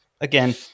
again